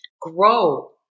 grow